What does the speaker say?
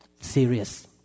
Serious